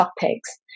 topics